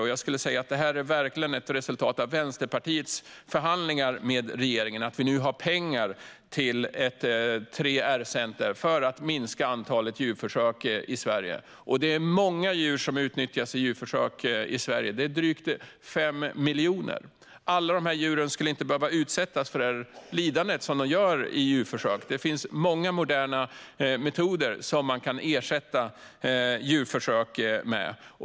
Att vi nu har pengar till ett 3R-center för att minska antalet djurförsök i Sverige är faktiskt ett resultat av Vänsterpartiets förhandlingar med regeringen. Många djur utnyttjas i djurförsök i Sverige. Det handlar om drygt 5 miljoner. Alla dessa djur skulle inte behöva utsättas för det lidande som de gör i djurförsök. Det finns många moderna metoder som kan ersätta djurförsök.